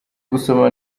gusoma